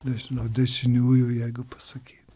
nežinau dešiniųjų jeigu pasakyt